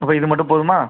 அப்போ இது மட்டும் போதுமா